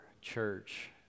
church